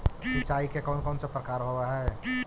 सिंचाई के कौन कौन से प्रकार होब्है?